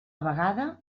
vegada